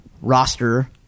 roster